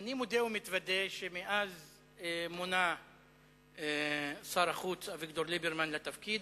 אני מודה ומתוודה שמאז מונה שר החוץ אביגדור ליברמן לתפקיד,